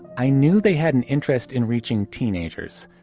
i knew they had an interest in reaching teenagers.